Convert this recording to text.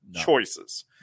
choices